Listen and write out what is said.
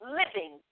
living